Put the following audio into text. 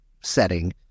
setting